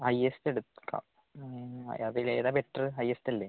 highest എടുക്കാം അതിലേതാണ് better ഹയ്യെസ്റ്റല്ലേ